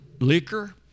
liquor